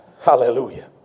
Hallelujah